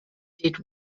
did